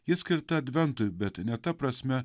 ji skirta adventui bet ne ta prasme